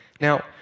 Now